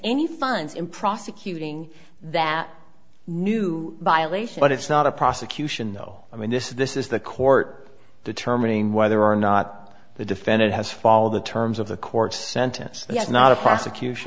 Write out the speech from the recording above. any funds in prosecuting that new violation but it's not a prosecution no i mean this is this is the court determining whether or not the defendant has follow the terms of the court's sentence that's not a prosecut